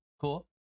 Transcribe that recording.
cool